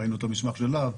ראינו את המסמך של לה"ב